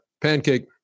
pancake